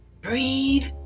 Breathe